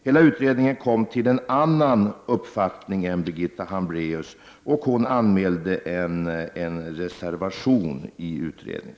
Hela utredningen kom till en annan uppfattning än Birgitta Hambraeus, varefter hon reserverade sig.